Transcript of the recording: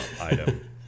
item